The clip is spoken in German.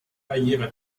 karriere